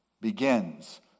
Begins